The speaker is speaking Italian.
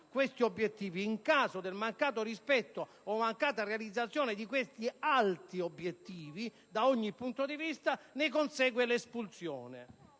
In caso di mancato rispetto o mancata realizzazione di questi alti obiettivi, da ogni punto di vista, ne consegue l'espulsione